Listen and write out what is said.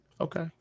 Okay